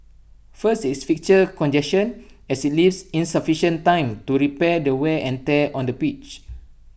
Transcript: first is fixture congestion as IT leaves insufficient time to repair the wear and tear on the pitch